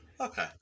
okay